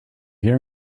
hear